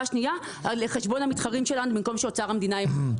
שנייה לחשבון המתחרים שלנו במקום שאוצר המדינה יממן.